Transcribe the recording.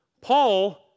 Paul